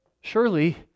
Surely